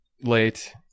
late